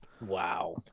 Wow